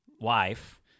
wife